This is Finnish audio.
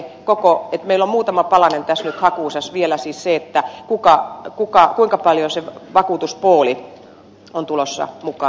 meillä on muutama palanen vielä hakusessa siis se kuinka paljon vakuutuspooli on tulossa mukaan